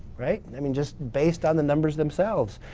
right? i mean, just based on the numbers themselves.